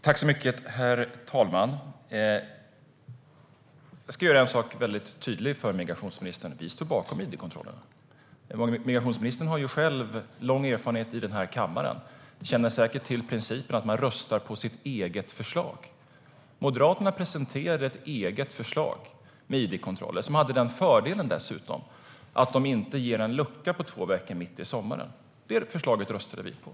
Herr talman! Jag ska göra en sak väldigt tydlig för migrationsministern. Vi står bakom id-kontrollerna. Migrationsministern själv har ju lång erfarenhet i den här kammaren och känner säkert till principen att man röstar på sitt eget förslag. Moderaterna presenterade ett eget förslag om id-kontroller, som dessutom hade den fördelen att de inte skulle ge en lucka på två veckor mitt i sommaren. Det förslaget röstade vi på.